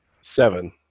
seven